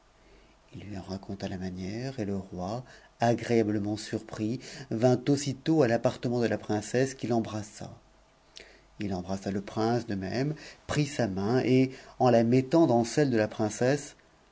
lui en raconta la manière et te roi agréablement surpris vint aussitôt à l'appartement de la princesse qu'i embrassa it embrassa le prince de même prit sa main et en la mett n t dans celle de la princesse